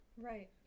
Right